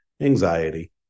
anxiety